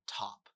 top